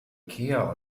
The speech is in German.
ikea